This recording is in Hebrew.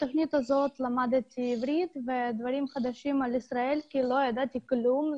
בתוכנית הזאת למדתי עברית ודברים חדשים על ישראל כי לא ידעתי כלום.